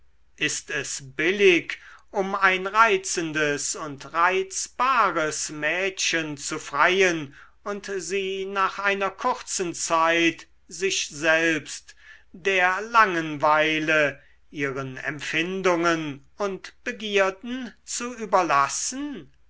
ist es billig um ein reizendes und reizbares mädchen zu freien und sie nach einer kurzen zeit sich selbst der langenweile ihren empfindungen und begierden zu überlassen